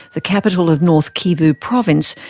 the capital of north kivu province,